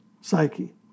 psyche